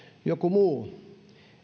joku muu